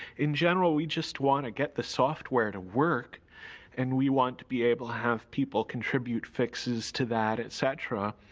in general, we just wanna get the software to work and we want be able to have people contribute fixes to that, etc.